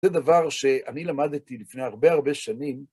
זה דבר שאני למדתי לפני הרבה הרבה שנים.